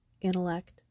intellect